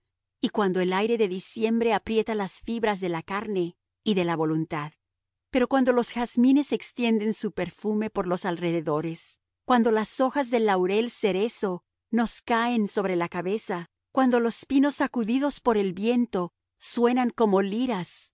y cuando el aire de diciembre aprieta las fibras de la carne y de la voluntad pero cuando los jazmines extienden su perfume por los alrededores cuando las hojas del laurel cerezo nos caen sobre la cabeza cuando los pinos sacudidos por el viento suenan como liras